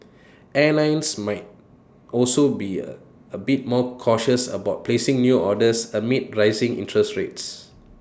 airlines might also be A a bit more cautious about placing new orders amid rising interest rates